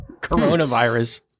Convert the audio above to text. coronavirus